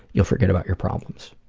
you'll forget about your problems.